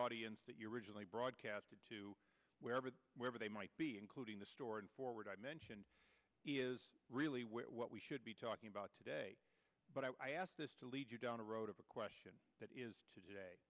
audience that you originally broadcast to wherever wherever they might be including the store and forward i mentioned is really what we should be talking about today but i ask this to lead you down a road of a question that is to